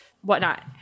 whatnot